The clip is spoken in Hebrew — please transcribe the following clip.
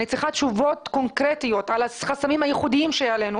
אני צריכה תשובות קונקרטיות על החסמים הייחודיים שהעלינו.